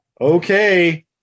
okay